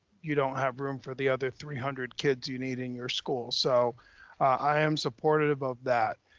you don't have room for the other three hundred kids you need in your school. so i am supportive of that.